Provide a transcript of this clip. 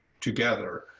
together